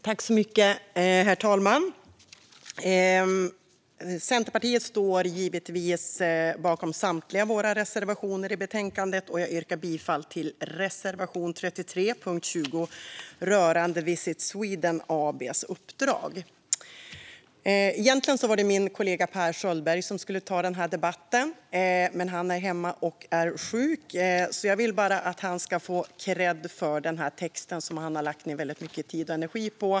Herr talman! Vi i Centerpartiet står givetvis bakom samtliga våra reservationer i betänkandet. Jag yrkar bifall till reservation 31 under punkt 20 rörande Visit Swedens AB:s uppdrag. Egentligen var det min kollega Per Schöldberg som skulle ta denna debatt, men han är hemma och är sjuk. Jag vill bara att han ska få kredd för denna text, som han har lagt ned mycket tid och energi på.